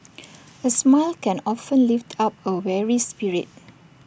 A smile can often lift up A weary spirit